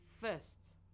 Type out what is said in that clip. first